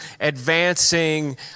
advancing